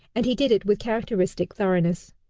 and he did it with characteristic thoroughness.